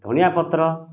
ଧନିଆ ପତ୍ର